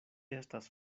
estas